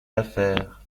l’affaire